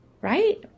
right